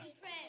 Pray